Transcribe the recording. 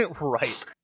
Right